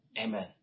Amen